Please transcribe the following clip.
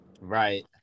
Right